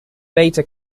beta